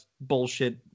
bullshit